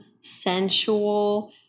sensual